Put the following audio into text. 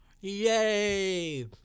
Yay